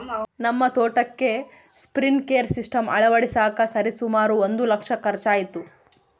ನಮ್ಮ ತೋಟಕ್ಕೆ sprinkler system ಅಳವಡಿಸಕ ಸರಿಸುಮಾರು ಒಂದು ಲಕ್ಷ ಖರ್ಚಾಯಿತು